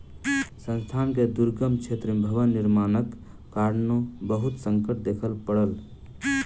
संस्थान के दुर्गम क्षेत्र में भवन निर्माणक कारणेँ बहुत संकट देखअ पड़ल